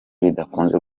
bidakunze